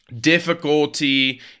difficulty